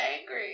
angry